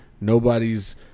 Nobody's